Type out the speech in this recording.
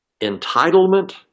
entitlement